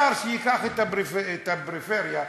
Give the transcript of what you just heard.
זה לא פנסיה.